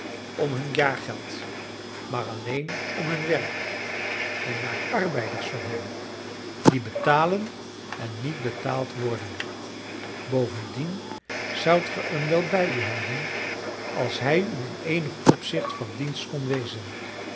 om hun jaargeld maar alleen om hun werk men maakt arbeiders van hen die betalen en niet betaald worden bovendien zoudt ge hem wel bij u houden als hij u in eenig opzicht van dienst kon wezen